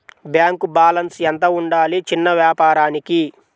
Bank balance ఎంత ఉండాలి చిన్న వ్యాపారానికి?